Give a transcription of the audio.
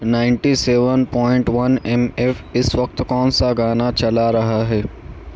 ninety seven point one M F اس وقت کون سا گانا چلا رہا ہے